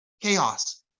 chaos